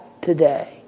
today